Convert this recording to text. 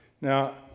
Now